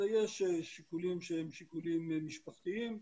אז יש שיקולים שהם שיקולים משפחתיים,